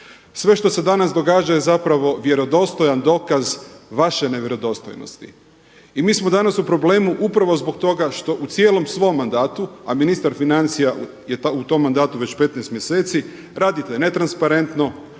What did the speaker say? Sve što se danas događa je zapravo vjerodostojan dokaz vaše nevjerodostojnosti. I mi smo danas u problemu upravo zbog toga što u cijelom svom mandatu, a ministar financija je u tom mandatu već 15 mjeseci, radite ne transparentno,